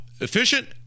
efficient